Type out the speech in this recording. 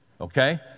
okay